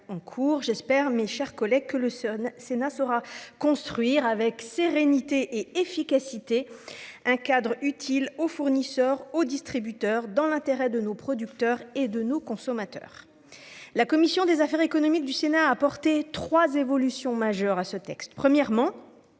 en cours, j'espère que le Sénat saura construire avec sérénité et efficacité un cadre utile aux fournisseurs et aux distributeurs, dans l'intérêt de nos producteurs et des consommateurs. La commission des affaires économiques du Sénat a proposé trois évolutions majeures pour ce texte. Première